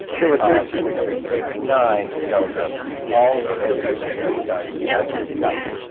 there were thirteen yellow dresses. nine yellow dresses, all different shapes and sizes, and all different cuts.